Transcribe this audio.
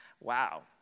wow